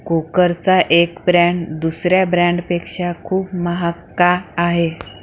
कुकरचा एक ब्रॅन दुसऱ्या ब्रँडपेक्षा खूप महाग का आहे